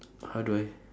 how do I